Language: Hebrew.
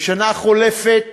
בשנה החולפת